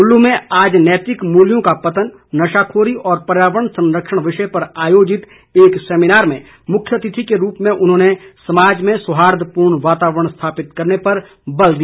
कुल्लू में आज नैतिक मूल्यों का पतन नशाखोरी और पर्यावरण संरक्षण विषय पर आयोजित एक सेमिनार में मुख्य अतिथि के रूप में उन्होंने समाज में सौहार्दपूर्ण वातावरण स्थापित करने पर बल दिया